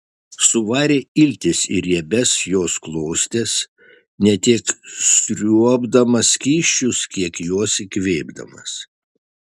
suvarė iltis į riebias jos klostes ne tiek sriuobdamas skysčius kiek juos įkvėpdamas